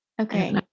Okay